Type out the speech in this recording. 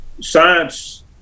Science